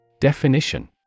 Definition